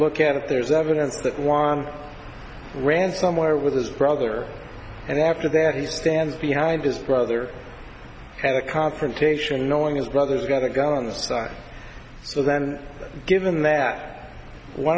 look at there's evidence that one ran somewhere with his brother and after that he stands behind his brother had a confrontation knowing his brother's got a gun on the side so then given that w